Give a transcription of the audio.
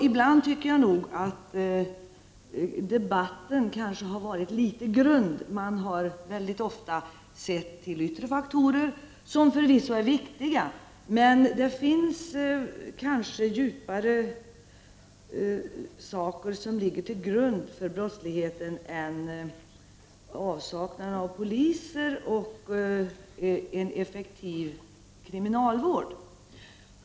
Ibland har debatten nog varit alltför grund. Mycket ofta ser man enbart till de yttre faktorerna. De är förvisso viktiga, men det finns kanske djupare orsaker till brottsligheten än avsaknaden av poliser och en effektiv kriminalvård.